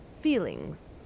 feelings